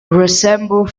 resemble